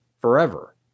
forever